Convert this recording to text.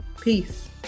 Peace